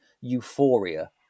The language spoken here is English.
euphoria